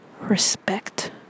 respect